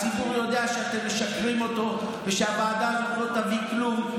הציבור יודע שאתם משקרים אותו ושהוועדה הזאת לא תביא כלום,